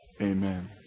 Amen